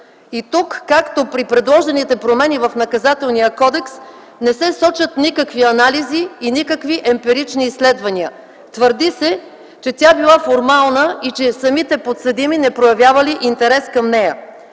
съд. Както и при предложените промени в Наказателния кодекс тук не се сочат никакви анализи и никакви емпирични изследвания. Твърди се, че тя била формална и самите подсъдими не проявявали интерес към нея.